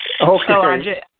Okay